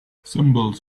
symbols